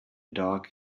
dark